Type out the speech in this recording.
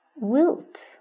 wilt